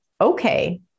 Okay